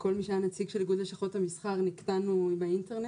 כל מי שהיה נציג של איגוד לשכות המסחר נקטענו באינטרנט.